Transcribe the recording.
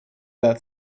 that